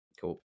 Cool